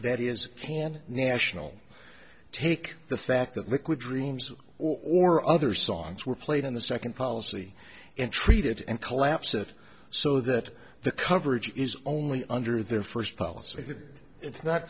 that is can national take the fact that liquid dreams or other songs were played on the second policy and treated and collapse of so that the coverage is only under their first policy that it's not